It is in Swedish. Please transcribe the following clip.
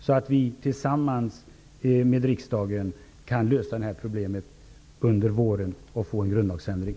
Då kan regeringen tillsammans med riksdagen lösa det här problemet under våren och få en grundlagsändring.